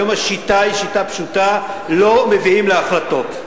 היום השיטה היא שיטה פשוטה: לא מביאים להחלטות.